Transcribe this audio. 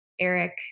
Eric